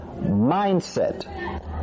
mindset